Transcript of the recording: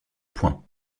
point